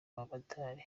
bamotari